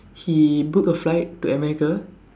he book a flight to America